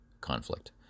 conflict